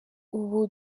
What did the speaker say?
ubu